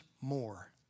more